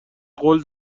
قول